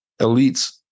elites